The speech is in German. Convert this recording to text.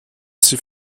sie